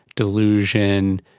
delusion,